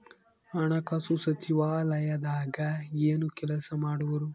ಹಣಕಾಸು ಸಚಿವಾಲಯದಾಗ ಏನು ಕೆಲಸ ಮಾಡುವರು?